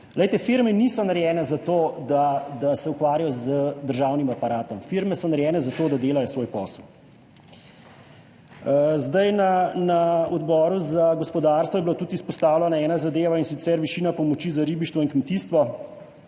firme niso narejene za to, da se ukvarjajo z državnim aparatom. Firme so narejene za to, da delajo svoj posel. Na Odboru za gospodarstvo je bila izpostavljena tudi ena zadeva, in sicer višina pomoči za ribištvo in kmetijstvo.